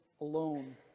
alone